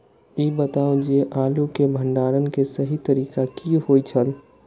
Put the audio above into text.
ई बताऊ जे आलू के भंडारण के सही तरीका की होय छल?